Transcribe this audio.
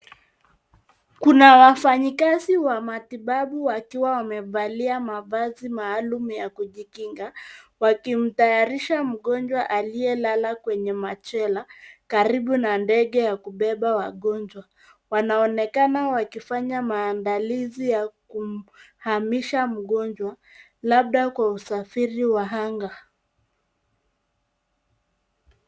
Kuna wafanyikazi wa matibabu wakiwa wamevalia mavaazi maalum yakuji kinga waki tayarisha mgonjwa alie lala kwenye machela karibu na ndege ya kubeba wagonjwa, wanaonekana maandalizi ya kumhamisha mgonjwa labda kwa usafiri wa anga.